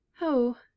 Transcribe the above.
Oh